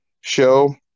show